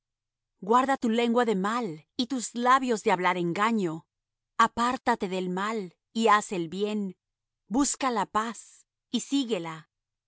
guarda tu lengua de mal y tus labios de hablar engaño apártate del mal y haz el bien busca la paz y síguela